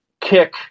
kick